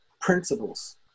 principles